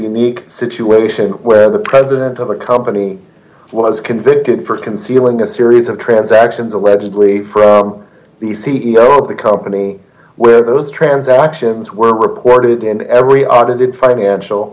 unique situation where the president of a company was convicted for concealing a series of transactions allegedly from the c e o of the company where those transactions were reported in every auditing financial